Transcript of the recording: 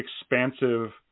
expansive